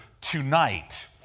tonight